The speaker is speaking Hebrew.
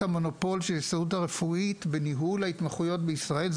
המונופול של ההסתדרות הרפואית בניהו להתמחויות בישראל.